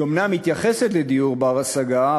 היא אומנם מתייחסת לדיור בר-השגה,